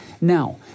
Now